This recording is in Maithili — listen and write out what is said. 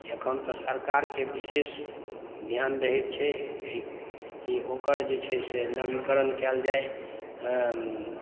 अखन तऽ सरकारके विशेष ध्यान रहैत छै की ओकर जे छै से नवीनीकरण कयल जाय